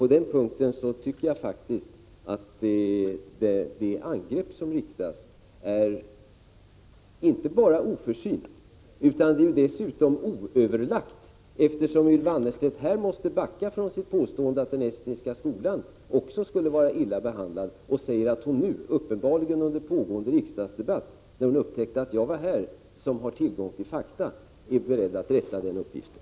På den punkten tycker jag att det angrepp som riktas mot oss är inte bara oförsynt utan dessutom oöverlagt, eftersom Ylva Annerstedt här måste backa från sitt påstående att också Estniska skolan skulle vara illa behandlad. Hon säger att hon nu — uppenbarligen under pågående riksdagsdebatt när hon upptäckt att jag, som har tillgång till fakta, var här — är beredd att rätta uppgiften.